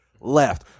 left